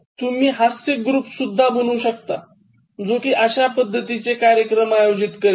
तुम्ही हास्य ग्रुप सुद्धा बनवू शकता जो कि अश्या पद्धतीचे कार्यक्रम आयोजित करेल